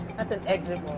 that's an exit